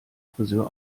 frisör